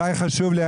זה מדי חשוב לי,